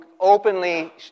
openly